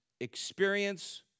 experience